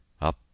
UP